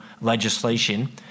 legislation